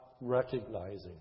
recognizing